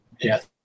Yes